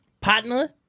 Partner